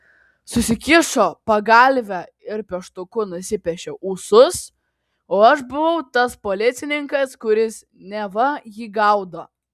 susikišo pagalvę ir pieštuku nusipiešė ūsus o aš buvau tas policininkas kuris neva jį gaudo